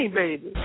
baby